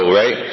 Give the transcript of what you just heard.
right